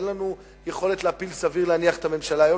סביר להניח שאין לנו יכולת להפיל את הממשלה היום,